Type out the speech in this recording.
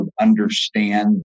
understand